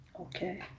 Okay